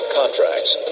contracts